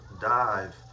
dive